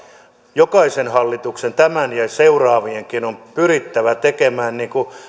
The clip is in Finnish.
jokaisen hallituksen tämän ja seuraavienkin on pyrittävä tekemään